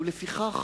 ולפיכך,